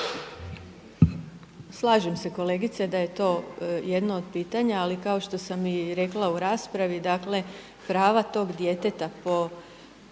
Slažem se kolegice da je to jedno od pitanja ali kao što sam i rekla u raspravi dakle prava tog djeteta po